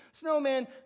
snowman